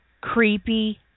creepy